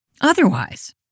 Otherwise